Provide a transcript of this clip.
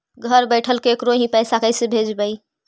घर बैठल केकरो ही पैसा कैसे भेजबइ?